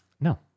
No